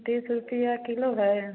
तीस रूपये किलो है